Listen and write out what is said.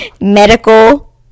medical